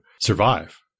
survive